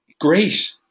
great